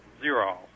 zero